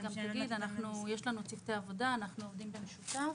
יש לנו צוותי עבודה, אנחנו עובדים במשותף.